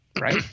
Right